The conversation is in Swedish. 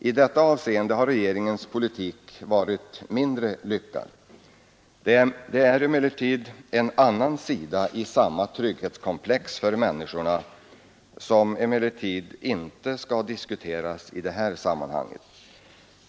I detta avseende har regeringens politik varit mindre lyckad. Det är emellertid en annan sida av samma trygghetskomplex för människorna som inte skall diskuteras i det här sammanhanget.